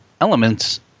elements